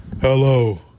Hello